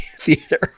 theater